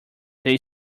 they